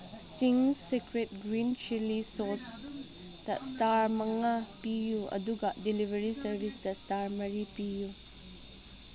Ching's secret green chilli ꯁꯣꯁꯇ star ꯃꯉꯥ ꯄꯤꯌꯨ ꯑꯗꯨꯒ ꯗꯤꯂꯤꯕꯔꯤ ꯁꯥꯔꯕꯤꯁꯇ ꯏꯁꯇꯥꯔ ꯃꯔꯤ ꯄꯤꯌꯨ